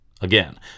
Again